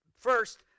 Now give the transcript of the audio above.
First